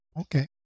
Okay